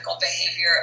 behavior